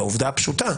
זו העובדה הפשוטה,